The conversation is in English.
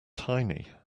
tiny